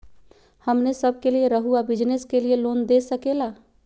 हमने सब के लिए रहुआ बिजनेस के लिए लोन दे सके ला?